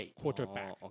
quarterback